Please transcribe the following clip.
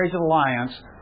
alliance